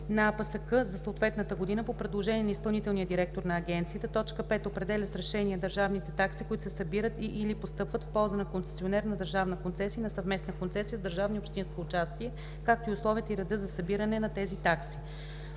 на АПСК за съответната година по предложение на изпълнителния директор на агенцията; 5. определя с решение държавните такси, които се събират и/или постъпват в полза на концесионер на държавна концесия и на съвместна концесия с държавно и общинско участие, както и условията и реда за събиране на тези такси.“